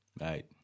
Right